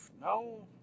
No